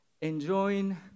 enjoying